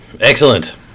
Excellent